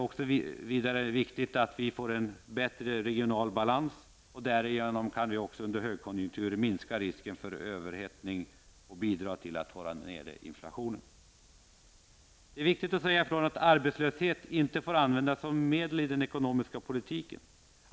Vidare är det viktigt att vi får en bättre regional balans för att därigenom under en högkonjunktur minska risken för överhettning och bidra till att hålla nere inflationen. Arbetslöshet får inte användas som ett medel i den ekonomiska politiken.